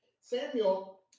Samuel